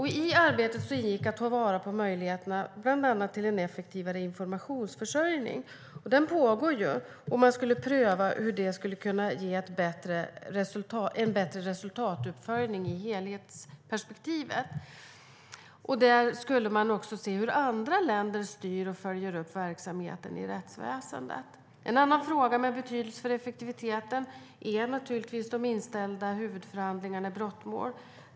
I arbetet ingick det att ta vara på möjligheterna till bland annat effektivare informationsförsörjning. Den pågår. Och man skulle pröva hur det skulle kunna ge bättre resultatuppföljning i helhetsperspektivet. Utredningen skulle även se hur andra länder styr och följer upp verksamheten i rättsväsendet. En annan fråga med betydelse för effektiviteten är de inställda huvudförhandlingarna i brottmål.